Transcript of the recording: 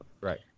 Right